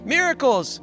Miracles